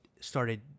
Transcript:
started